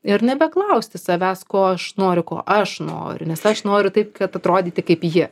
ir nebeklausti savęs ko aš noriu ko aš noriu nes aš noriu taip kad atrodyti kaip ji